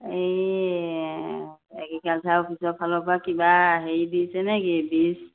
এই এগ্ৰিকালচাৰ অফিচৰ ফালৰ পৰা কিবা হেৰি দিছে নেকি